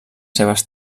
seves